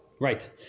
Right